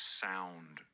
sound